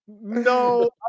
No